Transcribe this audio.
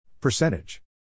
Percentage